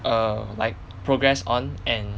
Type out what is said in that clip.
err like progress on and